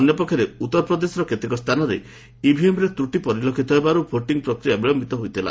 ଅନ୍ୟ ପକ୍ଷରେ ଉତ୍ତରପ୍ରଦେଶର କେତେକ ସ୍ଥାନରେ ଇଭିଏମ୍ରେ ତୂଟି ପରିଲକ୍ଷିତ ହେବାରୁ ଭୋଟିଂ ପ୍ରକ୍ରିୟା ବିଳୟିତ ହୋଇଥିଲା